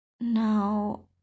now